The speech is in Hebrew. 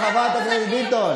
חברת הכנסת ביטון.